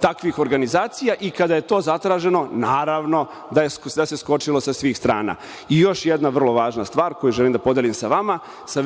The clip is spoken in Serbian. takvih organizacija i kada je to zatraženo, naravno da se skočilo sa svih strana. Još jedna vrlo važna stvar koju želim da podelim sa vama, sa